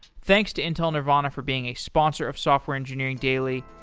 thanks to intel nervana for being a sponsor of software engineering daily,